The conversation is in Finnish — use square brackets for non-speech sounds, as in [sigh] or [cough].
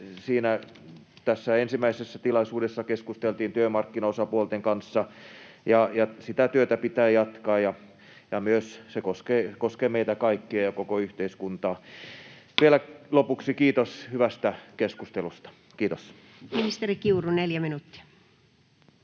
Tässä ensimmäisessä tilaisuudessa keskusteltiin työmarkkinaosapuolten kanssa, ja sitä työtä pitää jatkaa. Myös se koskee meitä kaikkia ja koko yhteiskuntaa. [noise] Vielä lopuksi kiitos hyvästä keskustelusta. — Kiitos. Ministeri Kiuru, 4 minuuttia.